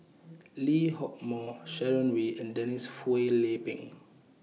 Lee Hock Moh Sharon Wee and Denise Phua Lay Peng